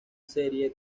serie